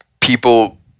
people